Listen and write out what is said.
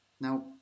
Now